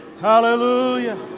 Hallelujah